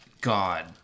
God